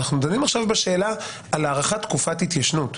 אנחנו דנים עכשיו בשאלה על הארכת תקופת התיישנות,